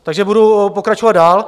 Takže budu pokračovat dál.